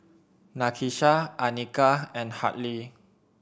Nakisha Anika and Hartley